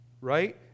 Right